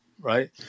right